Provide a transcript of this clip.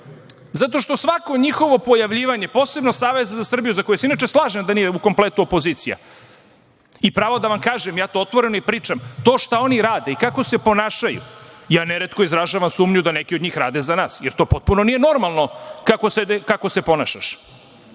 zato što svako njihovo pojavljivanje, posebno Saveza za Srbiju za koje se inače slažem da nije u kompletu opozicija, i pravo da vam kažem, ja to otvoreno i pričam, to šta oni rade i kako se ponašaju ja neretko izražavam sumnju da neki od nas rade za nas, jer to potpuno nije normalno kako se ponašaš. Ali,